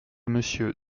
monsieur